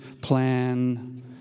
plan